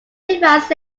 device